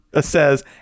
says